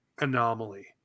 anomaly